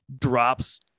drops